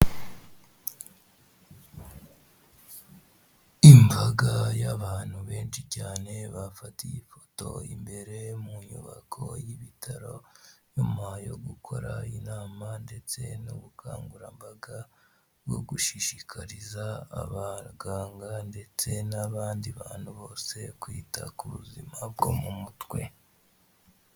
Imbaga y'abantu benshi cyane bafatiye ifoto imbere mu nyubako y'ibitaro nyuma yo gukora inama ndetse n'ubukangurambaga bwo gushishikariza abaganga ndetse n'abandi bantu bose kwita ku buzima bwo mu mutwe.